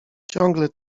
ciągle